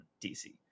DC